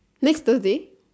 next thursday